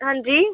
हां जी